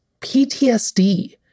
PTSD